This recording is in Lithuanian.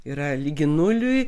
yra lygi nuliui